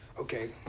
okay